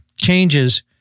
changes